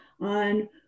on